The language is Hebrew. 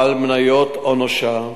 בעל מניות או נושה.